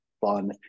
fun